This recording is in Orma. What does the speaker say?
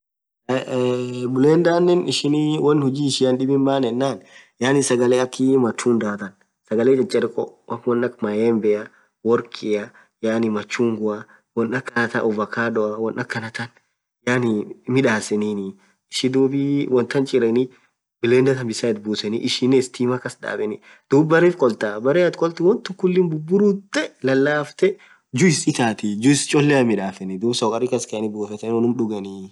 Aaaa blunder nen ishin wonn ishi huji ishian dhib maaenan sagale akhi matunda than sagale chacharekho wonn akh maembea worrikhia yaani machugwa wonn akhanatha ovacadoa wonn akanathan yaani midhaseninn ishii dhub wonn than chireni blender Khan bisan ithibusen ishinen stima kasdhaben dhub berre kholthaa berre athin kholthu won thun khulii buburuthe lalafthee juice itathi juice cholea midhaseni dhub sokari kaskhaeni rawothen unum dhugeni